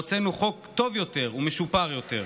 והוצאנו חוק טוב יותר ומשופר יותר.